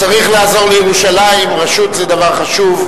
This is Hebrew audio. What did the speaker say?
צריך לעזור לירושלים, רשות זה דבר חשוב.